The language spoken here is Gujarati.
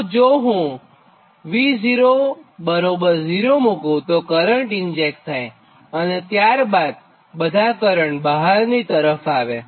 તો જો હું V0 બરાબર 0 મુકું તો કરંટ ઇન્જેક્ટ થાય અને ત્યાર બાદ બધાં કરંટ બહારની તરફ આવે